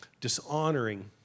dishonoring